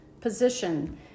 position